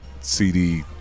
CD